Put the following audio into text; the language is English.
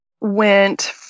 went